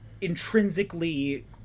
intrinsically